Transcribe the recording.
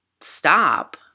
stop